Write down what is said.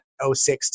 06